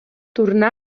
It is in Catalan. tornà